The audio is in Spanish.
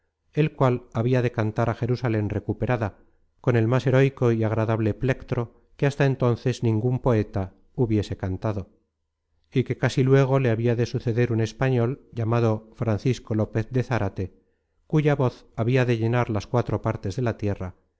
el cual habia de cantar á je rusalen recuperada con el más heroico y agradable plectro que hasta entonces ningun poeta hubiese cantado y que casi luego le habia de suceder un español llamado francisco lopez de zárate cuya voz habia de llenar las cuatro partes de la tierra y